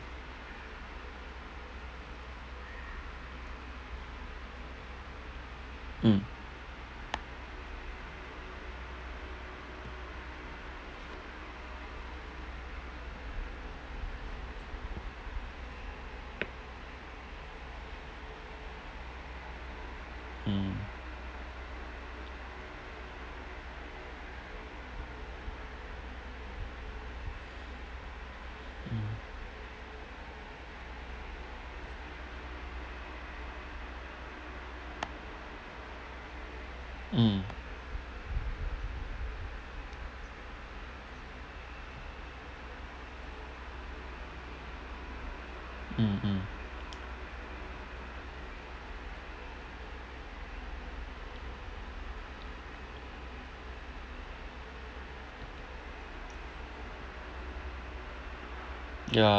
mm mmhmm mm mm mm